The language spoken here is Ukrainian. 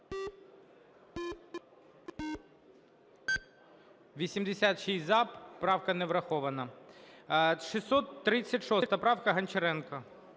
За-101 Правка не врахована. 1062, правка Гончаренко.